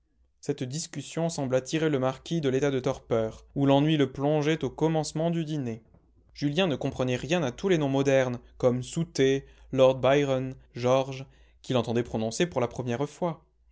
cette discussion sembla tirer le marquis de l'état de torpeur où l'ennui le plongeait au commencement du dîner julien ne comprenait rien à tous les noms modernes comme southey lord byron george qu'il entendait prononcer pour la première fois